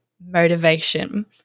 motivation